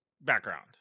background